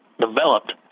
developed